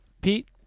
Pete